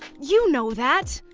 you know that.